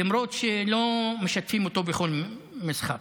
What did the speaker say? למרות שלא משתפים אותו בכל משחק.